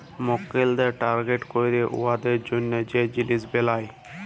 মক্কেলদের টার্গেট ক্যইরে উয়াদের জ্যনহে যে জিলিস বেলায়